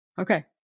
Okay